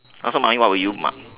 also mummy what would you mark